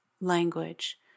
language